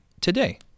today